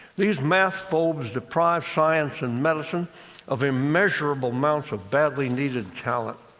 these math-phobes deprive science and medicine of immeasurable amounts of badly needed talent.